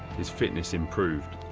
his fitness improved.